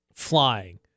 flying